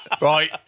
Right